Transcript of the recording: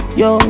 yo